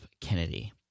Kennedy